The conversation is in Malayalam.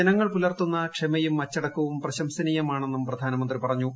ജനങ്ങൾ പുലർത്തുന്ന കഴുമയും അപടിച്ച ക്കവും പ്രശംസനീയമാണെന്നും പ്രധാനമന്ത്രി പറഞ്ഞു